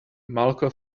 malco